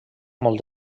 molt